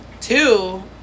Two